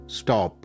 stop